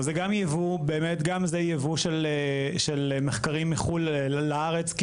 גם זה ייבוא של מחקרים מחו"ל לארץ.